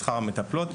לשכר המטפלות,